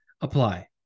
apply